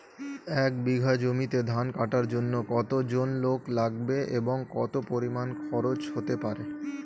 এক বিঘা জমিতে ধান কাটার জন্য কতজন লোক লাগবে এবং কত পরিমান খরচ হতে পারে?